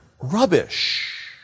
rubbish